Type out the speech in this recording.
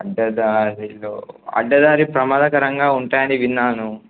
అడ్డదారిలో అడ్డదారి ప్రమాదకరంగా ఉంటాయని విన్నాను